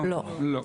לא, לא.